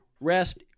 rest